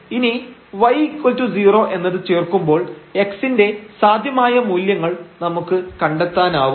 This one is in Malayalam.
ഇനി y0 എന്നത് ചേർക്കുമ്പോൾ x ന്റെ സാധ്യമായ മൂല്യങ്ങൾ നമുക്ക് കണ്ടെത്താനാവും